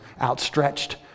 outstretched